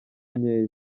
nkeya